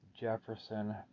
Jefferson